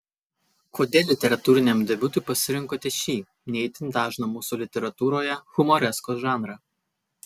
kodėl literatūriniam debiutui pasirinkote šį ne itin dažną mūsų literatūroje humoreskos žanrą